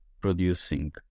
producing